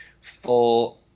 full